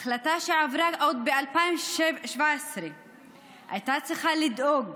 החלטה שעברה עוד ב-2017 והייתה צריכה לדאוג